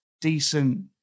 decent